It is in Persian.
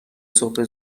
صبح